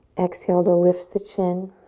exhale to lift the chin.